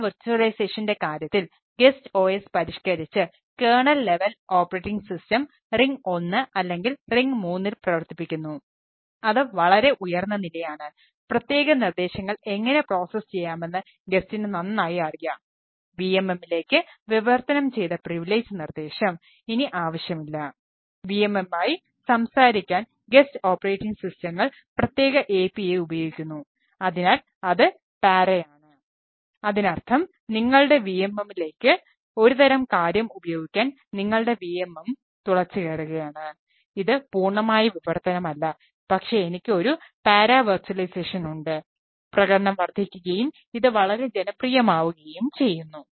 para വിർച്വലൈസേഷന്റെ ഉണ്ട് പ്രകടനം വർദ്ധിക്കുകയും ഇത് വളരെ ജനപ്രിയമാവുകയും ചെയ്യുന്നു